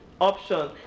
option